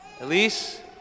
Elise